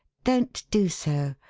don't do so.